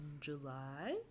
July